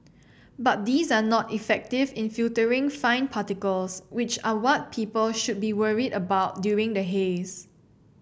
but these are not effective in filtering fine particles which are what people should be worried about during the haze